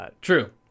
True